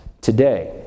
today